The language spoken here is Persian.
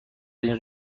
این